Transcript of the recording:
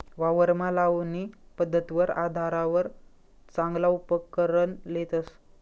वावरमा लावणी पध्दतवर आधारवर चांगला उपकरण लेतस